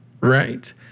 Right